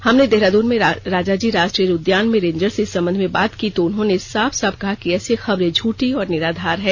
हमने देहरादून में राजाजी राष्ट्रीय उद्यान में रेजर से इस संबंध में बात की तो उन्होंने साफ साफ कहा कि ऐसी खबरें झूठी और निराधार हैं